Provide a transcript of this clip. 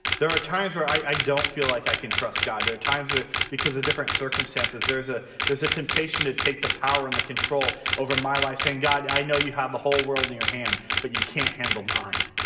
there are times where i i don't feel like i can trust god there are times there ah because of different circumstances there's a there's a temptation to take the power in the control over my life saying god i know you have the whole world in your hand but you can't handle mine.